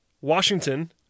Washington